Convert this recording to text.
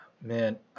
man